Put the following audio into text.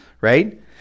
right